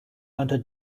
hunter